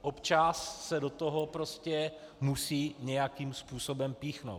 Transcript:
Občas se do toho prostě musí nějakým způsobem píchnout.